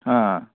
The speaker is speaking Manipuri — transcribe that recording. ꯑꯥ